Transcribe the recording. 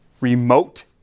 remote